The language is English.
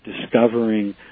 discovering